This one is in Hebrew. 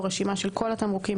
רשימה של כל התמרוקים,